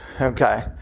Okay